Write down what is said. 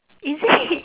is it